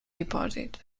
dipòsits